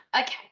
Okay